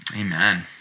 Amen